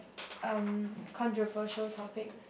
um controversial topics